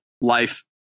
life